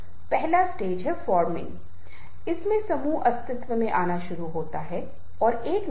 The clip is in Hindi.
पस्पर विनिमय इंटरचेंज Interchange में नेतृत्व का सफलतापूर्वक लेन देन किया गया है